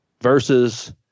versus